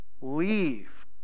leave